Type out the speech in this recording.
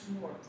more